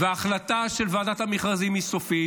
וההחלטה של ועדת המכרזים היא סופית,